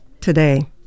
Today